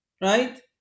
Right